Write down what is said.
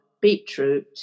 Beetroot